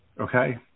okay